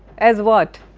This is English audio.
as what?